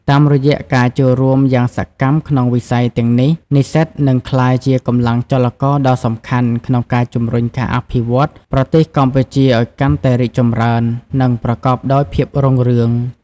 តាមរយៈការចូលរួមយ៉ាងសកម្មក្នុងវិស័យទាំងនេះ និស្សិតនឹងក្លាយជាកម្លាំងចលករដ៏សំខាន់ក្នុងការជំរុញការអភិវឌ្ឍន៍ប្រទេសកម្ពុជាឲ្យកាន់តែរីកចម្រើន និងប្រកបដោយភាពរុងរឿង។